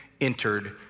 entered